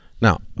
Now